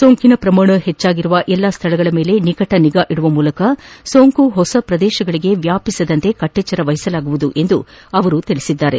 ಸೋಂಕಿನ ಪ್ರಮಾಣ ಹೆಚ್ಚಾಗಿರುವ ಎಲ್ಲಾ ಸ್ವಳಗಳ ಮೇಲೆ ನಿಕಟ ನಿಗಾ ಇಡುವ ಮೂಲಕ ಸೋಂಕು ಹೊಸ ಪ್ರದೇಶಗಳಿಗೆ ವ್ಯಾಪಿಸದಂತೆ ಕಟ್ಟೆಚ್ಚರ ವಹಿಸಲಾಗುವುದು ಎಂದು ಅವರು ತಿಳಿಸಿದರು